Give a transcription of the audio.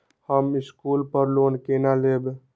हम स्कूल पर लोन केना लैब?